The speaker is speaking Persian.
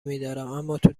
میدارم، اماتو